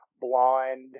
blonde